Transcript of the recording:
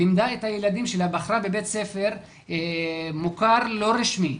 בחרה בבית ספר מוכר לא רשמי,